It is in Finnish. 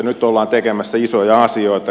nyt ollaan tekemässä isoja asioita